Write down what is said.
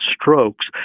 strokes